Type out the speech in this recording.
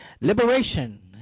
liberation